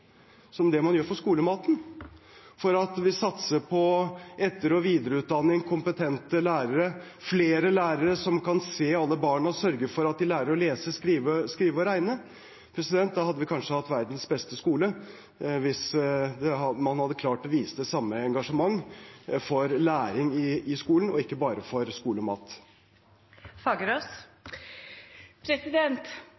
som det man gjør for skolematen, for at vi satser på etter- og videreutdanning, kompetente lærere, flere lærere, som kan se alle barn og sørge for at de lærer å lese, skrive og regne! Vi hadde kanskje hatt verdens beste skole hvis man hadde klart å vise det samme engasjement for læring i skolen – og ikke bare for